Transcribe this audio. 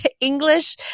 English